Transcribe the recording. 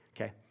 okay